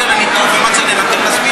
רק על הניטור ומה צריך לנטר.